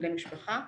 בני משפחה,